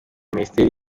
minisiteri